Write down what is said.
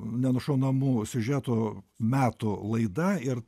nenušaunamų siužetų metų laida ir